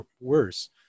worse